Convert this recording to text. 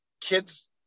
Kids